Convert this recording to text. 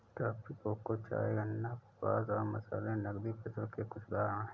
coffee, cocoa, चाय, गन्ना, कपास और मसाले नकदी फसल के कुछ उदाहरण हैं